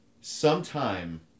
sometime